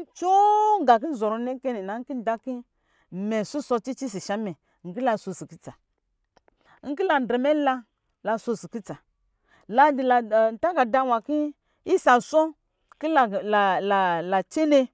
ncoo gā ki nzɔrɔ nɛ kɛnɛ na nki nda kimɛ hishɔ cicisi sha mɛ nki la so ki kutsa, nki la drɛ mɛ nla nki la so si kutsa ladi ntakada nwa ki isa sɔɔ ki la la la tsene